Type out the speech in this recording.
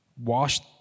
washed